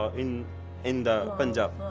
ah in in the punjab